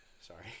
sorry